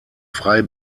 frei